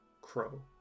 crow